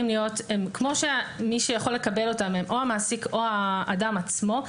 כמו שמי שיכול לקבל אותם הוא או המעסיק או האדם עצמו,